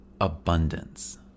abundance